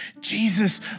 Jesus